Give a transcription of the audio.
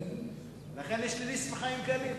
לכן יש לנסים חיים קלים.